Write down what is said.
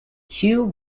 hugh